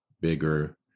bigger